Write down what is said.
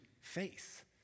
faith